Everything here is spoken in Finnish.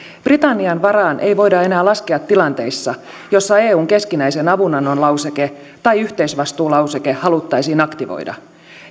britannian varaan ei voida enää laskea tilanteissa joissa eun keskinäisen avunannon lauseke tai yhteisvastuulauseke haluttaisiin aktivoida